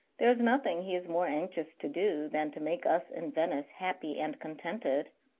there is nothing he is more anxious to do than to make us in venice happy and contented.